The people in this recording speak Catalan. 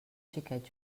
xiquet